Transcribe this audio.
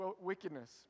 wickedness